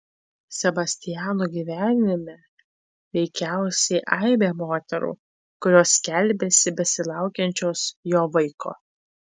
sebastiano gyvenime veikiausiai aibė moterų kurios skelbiasi besilaukiančios jo vaiko